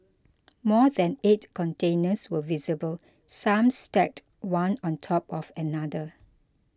more than eight containers were visible some stacked one on top of another